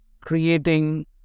creating